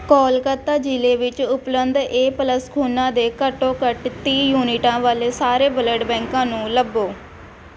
ਕੋਲਕਾਤਾ ਜ਼ਿਲ੍ਹੇ ਵਿੱਚ ਉਪਲਬਧ ਏ ਪਲੱਸ ਖੂਨਾਂ ਦੇ ਘੱਟੋ ਘੱਟ ਤੀਹ ਯੂਨਿਟਾਂ ਵਾਲੇ ਸਾਰੇ ਬਲੱਡ ਬੈਂਕਾਂ ਨੂੰ ਲੱਭੋ